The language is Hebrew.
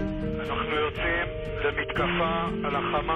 אני קובע כי הצעת חוק העברת מידע לצורך